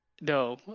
No